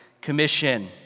Commission